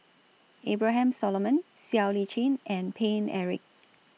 Abraham Solomon Siow Lee Chin and Paine Eric